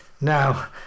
now